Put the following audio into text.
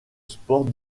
sports